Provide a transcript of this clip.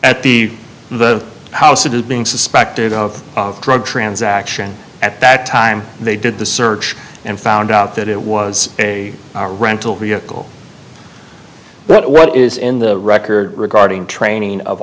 at the the house that is being suspected of drug transaction at that time they did the search and found out that it was a rental vehicle but what is in the record regarding training of